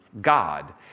God